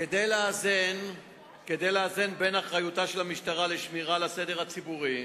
כדי לאזן בין אחריותה של המשטרה לשמירה על הסדר הציבורי,